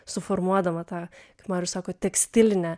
suformuodama tą kaip marius sako tekstilinę